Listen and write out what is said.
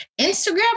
Instagram